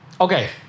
Okay